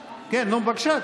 כן, בבקשה.